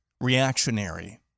Reactionary